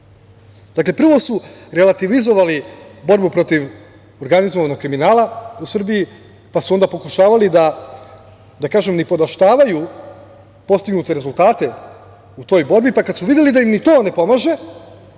prvo su relativizovali borbu protiv organizovanog kriminala u Srbiji, pa su onda pokušavali da nipodaštavaju postignute rezultate u toj borbi, pa kada su videli da im ni to ne pomaže,